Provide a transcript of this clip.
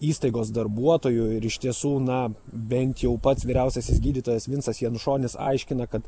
įstaigos darbuotojų ir iš tiesų na bent jau pats vyriausiasis gydytojas vincas janušonis aiškina kad